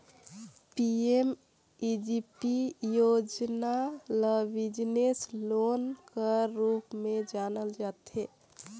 PMEGP योजना ल business loan कर रूप में जानल जाथे